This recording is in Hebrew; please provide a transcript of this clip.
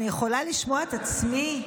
אני יכולה לשמוע את עצמי?